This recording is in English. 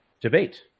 debate